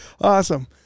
Awesome